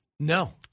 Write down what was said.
No